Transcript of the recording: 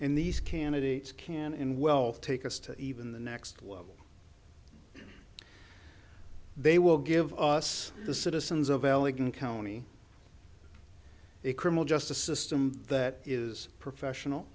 in these candidates can in well take us to even the next they will give us the citizens of elegant county a criminal justice system that is professional